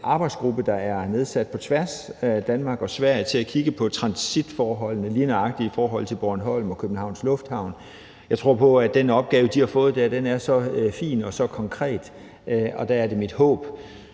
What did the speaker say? arbejdsgruppe, der er nedsat på tværs af Danmark og Sverige til at kigge på transitforholdene lige nøjagtig i forhold til Bornholm og Københavns Lufthavn. Jeg tror på, at den opgave, de der har fået, er så fin og så konkret, og der er det mit håb